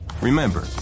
Remember